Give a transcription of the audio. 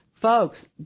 Folks